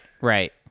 Right